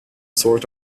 sort